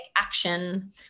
action